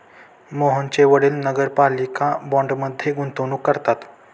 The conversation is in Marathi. मोहनचे वडील नगरपालिका बाँडमध्ये गुंतवणूक करतात